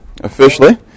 officially